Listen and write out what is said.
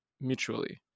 mutually